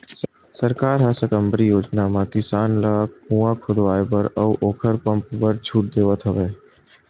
सरकार ह साकम्बरी योजना म किसान ल कुँआ खोदवाए बर अउ ओखर पंप बर छूट देवथ हवय